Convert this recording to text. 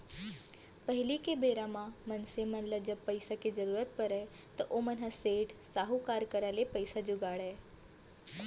पहिली के बेरा म मनसे मन ल जब पइसा के जरुरत परय त ओमन ह सेठ, साहूकार करा ले पइसा जुगाड़य